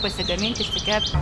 pasigamint išsikept